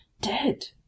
Dead